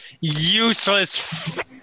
useless